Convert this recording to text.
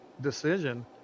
decision